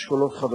אחרי תשובת השר.